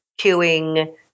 queuing